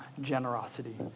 generosity